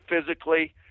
physically